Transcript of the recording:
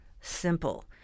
simple